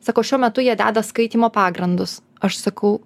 sako šiuo metu jie deda skaitymo pagrindus aš sakau